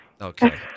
Okay